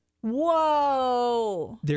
Whoa